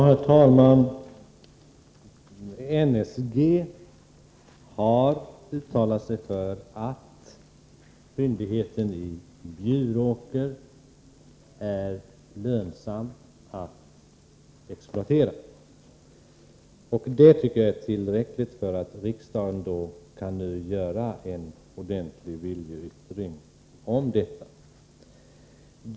Herr talman! NSG har uttalat sig för att fyndigheten i Bjuråker skulle vara lönsam att exploatera. Det tycker jag är tillräckligt för att riksdagen nu skall kunna göra en ordentlig viljeyttring i frågan.